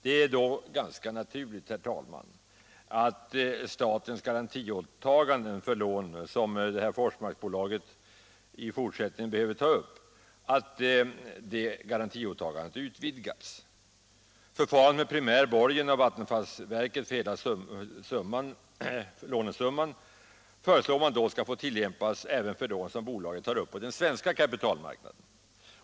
Det är då ganska naturligt att statens garantiåtaganden för de lån som Forsmarksbolaget i fortsättningen behöver ta upp utvidgas. Förfarandet med primär borgen av vattenfallsverket för hela lånesumman föreslås få tillämpas även för lån som bolaget tar upp — Nr 45 på den svenska kapitalmarknaden.